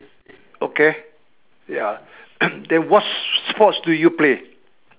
okay ya then what sports do you play